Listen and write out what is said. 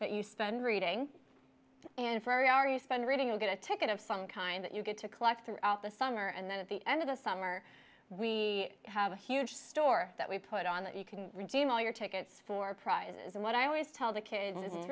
that you spend reading and for a are you spend reading and get a ticket of some kind that you get to collect throughout the summer and then at the end of the summer we have a huge store that we put on that you can redeem all your tickets for prizes and what i always tell the kid